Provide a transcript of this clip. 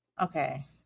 Okay